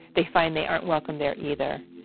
they find they aren't welcome there either.